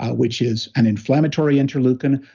ah which is an inflammatory interleukin.